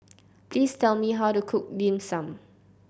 please tell me how to cook Dim Sum